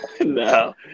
no